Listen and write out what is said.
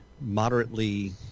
moderately